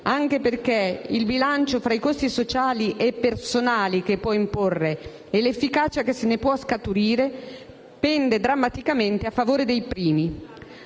anche perché il bilancio fra i costi sociali e personali che può imporre e l'efficacia che ne può scaturire pende drammaticamente a favore dei primi.